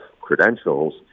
credentials